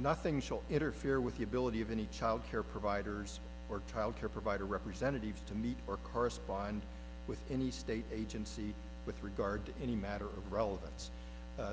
nothing shall interfere with the ability of any child care providers or tile care provider representatives to meet or correspond with any state agency with regard to any matter of relevance